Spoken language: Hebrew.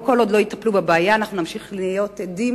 כל עוד לא יטפלו בבעיה, אנחנו נמשיך להיות עדים